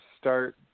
start